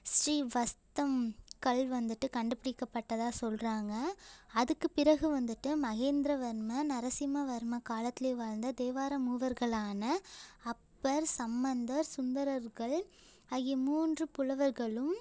ஸ்ரீவஸ்தம் கல் வந்துட்டு கண்டுபிடிக்கப்பட்டதாக சொல்கிறாங்க அதுக்குப் பிறகு வந்துட்டு மகேந்திரவர்ம நரசிம்மவர்ம காலத்திலே வாழ்ந்த தேவாரம் மூவர்களான அப்பர் சம்மந்தர் சுந்தரர்கள் ஆகிய மூன்று புலவர்களும்